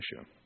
issue